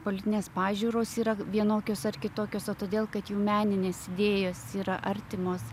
politinės pažiūros yra vienokios ar kitokios o todėl kad jų meninės idėjos yra artimos